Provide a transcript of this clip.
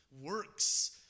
works